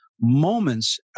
moments